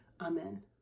Amen